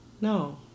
No